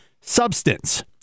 substance